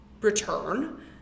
return